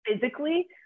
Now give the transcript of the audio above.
physically